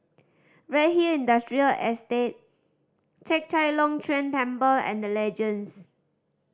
Redhill Industrial Estate Chek Chai Long Chuen Temple and The Legends